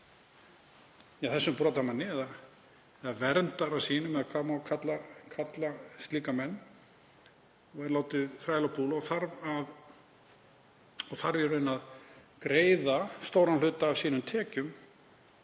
brotamanninum, verndara sínum, eða hvað má kalla slíka menn, það er látið þræla og púla og þarf í raun að greiða stóran hluta af sínum tekjum